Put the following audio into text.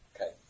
Okay